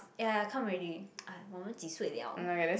ya come already uh 我们几岁 [liao]